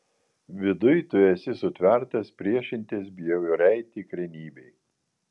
viduj tu esi sutvertas priešintis bjauriai tikrenybei